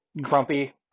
Grumpy